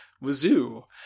Wazoo